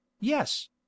yes